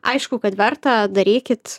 aišku kad verta darykit